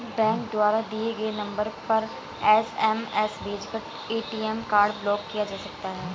bank द्वारा दिए गए नंबर पर एस.एम.एस भेजकर ए.टी.एम कार्ड ब्लॉक किया जा सकता है